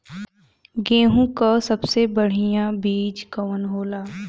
गेहूँक सबसे बढ़िया बिज कवन होला?